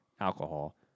alcohol